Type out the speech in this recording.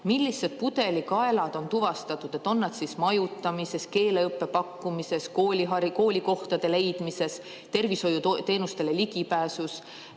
Millised pudelikaelad on tuvastatud, on nad majutamises, keeleõppe pakkumises, koolikohtade leidmises või tervishoiuteenustele ligipääsus?